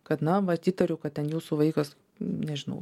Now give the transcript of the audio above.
kad na vat įtariu kad ten jūsų vaikas nežinau